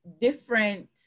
different